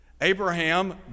Abraham